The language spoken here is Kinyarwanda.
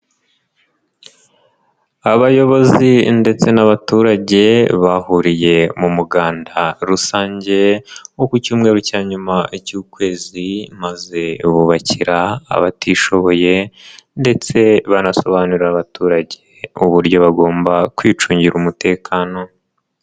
Abayobozi ndetse n'abaturage bahuriye mu muganda rusange wo ku cyumweru cya nyuma cy'ukwezi maze bubakira abatishoboye ndetse banasobanurira abaturage uburyo bagomba kwicungira umutekano.